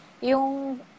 yung